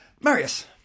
Marius